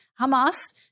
Hamas